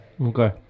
Okay